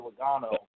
Logano